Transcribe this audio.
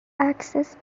access